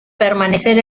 permanecer